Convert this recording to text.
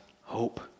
hope